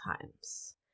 times